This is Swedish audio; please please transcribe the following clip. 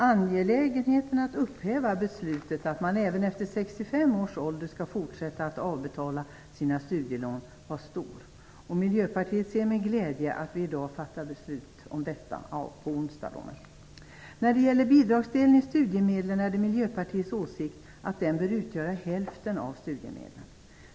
Angelägenheten av att upphäva beslutet att man även efter 65 års ålder skall fortsätta att avbetala sina studielån var stor, och Miljöpartiet ser med glädje att vi på onsdag kommer att fatta ett sådant beslut. När det gäller bidragsdelen i studiemedlen är det Miljöpartiets åsikt att den bör utgöra hälften av studiemedlen.